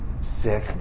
sick